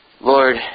Lord